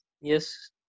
Yes